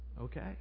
okay